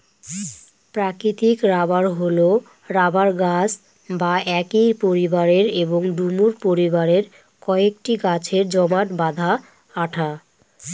প্রাকৃতিক রবার হল রবার গাছ বা একই পরিবারের এবং ডুমুর পরিবারের কয়েকটি গাছের জমাট বাঁধা আঠা